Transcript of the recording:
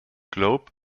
globe